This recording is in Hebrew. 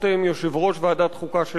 יושב-ראש ועדת החוקה של הכנסת,